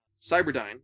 Cyberdyne